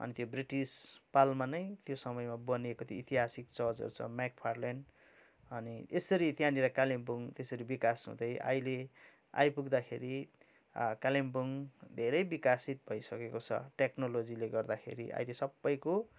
अनि त्यो ब्रिटिस कालमा नै त्यो समयमा बनिएको त्यो ऐतिहासिक चर्चहरू छ मेक फार्लेन अनि यसरी त्यहाँतिर कालिम्पोङ त्यसरी बिकास हुँदै अहिले आइपुग्दाखेरि कालिम्पोङ धेरै बिकसित भइसकेको छ टेकनोलोजीले गर्दाखेरि अैले सबैको